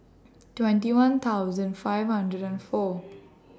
twenty one thousand five hundred and four